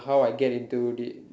how I get into it